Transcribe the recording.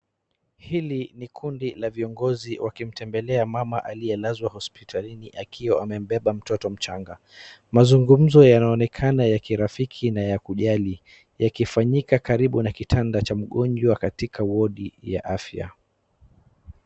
Hili ni kundi la viongozi wakimtembelea mama aliyelazwa hospitalini akimbemba mtoto mchanga. Mazungumzo yanaonekana ya kirafiki na ya kujali yalifanyika karibu na kitanda cha mgonjwa katika wadi ya afya.